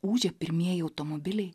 ūžia pirmieji automobiliai